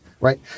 right